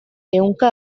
ehunka